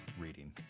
reading